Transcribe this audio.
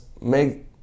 make